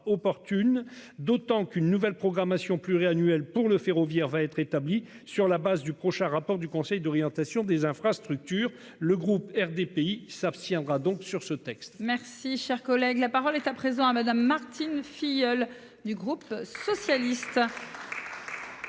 d'autant qu'une nouvelle programmation pluriannuelle, pour le ferroviaire va être établi sur la base du prochain rapport du conseil d'orientation des infrastructures. Le groupe RDPI s'abstiendra donc sur ce texte. Merci, cher collègue, la parole est à présent à madame Martine Filleul du groupe socialiste.--